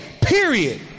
period